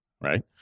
right